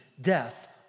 death